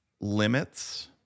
limits